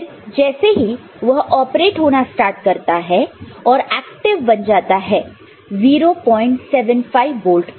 फिर जैसे ही वह ऑपरेट होना स्टार्ट करता है और एक्टिव बन जाता है 075 वोल्ट पर